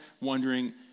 wondering